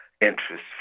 interest